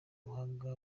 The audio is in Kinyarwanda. ubuhanga